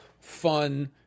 fun